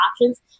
options